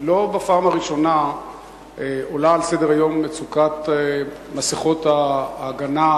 לא בפעם הראשונה עולה על סדר-היום מצוקת מסכות ההגנה,